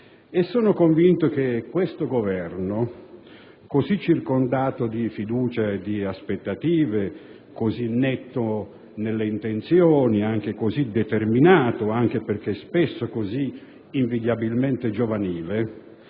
e sono convinto che questo Governo, così circondato di fiducia e di aspettative, così netto nelle intenzioni e così determinato, anche perché spesso così invidiabilmente giovanile,